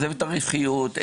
את הרווחיות,